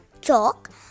chalk